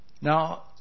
Now